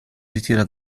ritira